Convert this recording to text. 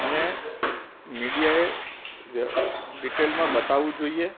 એને મીડિયાએ ડિટેલમાં બતાવવું જોઈએ